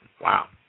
Wow